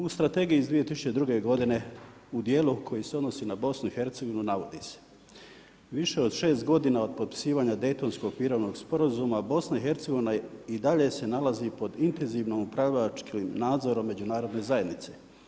U strategiji iz 2002. godine u dijelu koji se odnosi na BIH, navodi se, više od 6 godine od potpisivanja Daytonskog mirovnog sporazuma, BIH i dalje se nalazi pod intenzivno upravljačkim nadzorom međunarodne zajednice.